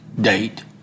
date